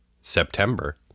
September